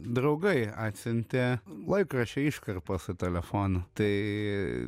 draugai atsiuntė laikraščio iškarpą su telefonu tai